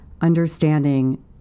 understanding